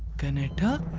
canada.